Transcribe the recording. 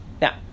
Now